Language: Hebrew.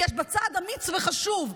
יש בה צעד אמיץ וחשוב.